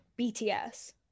bts